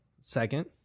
second